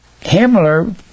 Himmler